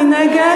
מי נגד?